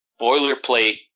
boilerplate